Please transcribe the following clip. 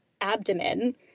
abdomen